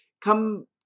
come